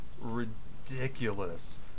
ridiculous